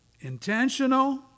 intentional